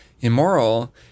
immoral